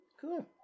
Cool